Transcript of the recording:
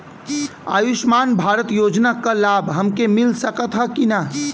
आयुष्मान भारत योजना क लाभ हमके मिल सकत ह कि ना?